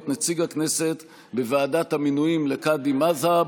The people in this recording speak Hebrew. נציג הכנסת בוועדת המינויים לקאדים מד'הב.